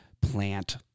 plant